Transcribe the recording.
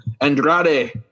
Andrade